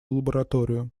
лабораторию